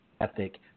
ethic